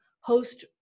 host